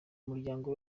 umuryango